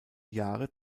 jahre